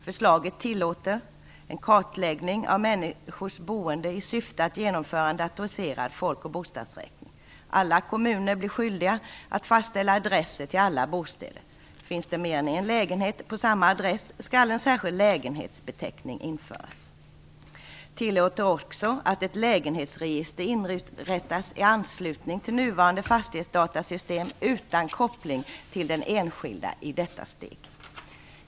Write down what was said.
Förslaget tillåter en kartläggning av människors boende i syfte att genomföra en datoriserad folk och bostadsräkning. Alla kommuner blir skyldiga att fastställa adresser till alla bostäder. Finns det mer än en lägenhet på samma adress skall en särskild lägenhetsbeteckning införas. Dessutom tillåts att ett lägenhetsregister inrättas i anslutning till nuvarande fastighetsdatasystem utan koppling till den enskilde i detta steg.